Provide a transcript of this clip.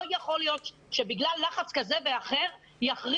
לא יכול להיות שבגלל לחץ כזה או אחר יכריזו,